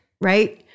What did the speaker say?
Right